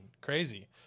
crazy